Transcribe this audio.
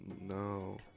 no